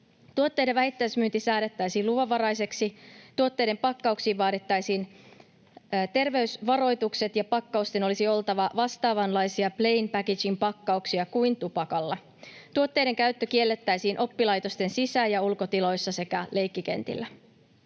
Tuotteiden vähittäismyynti säädettäisiin luvanvaraiseksi, tuotteiden pakkauksiin vaadittaisiin terveysvaroitukset, ja pakkausten olisi oltava vastaavanlaisia plain packaging -pakkauksia kuin tupakalla. Tuotteiden käyttö kiellettäisiin oppilaitosten sisä- ja ulkotiloissa sekä leikkikentillä.